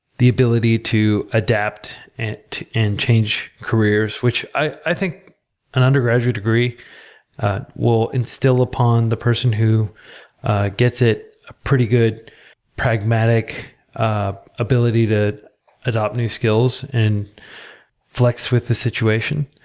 the ability to adapt and and change careers, which i think an undergraduate degree will instil upon the person who gets it pretty good pragmatic ah ability to adopt new skills end and flex with the situation.